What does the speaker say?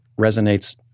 resonates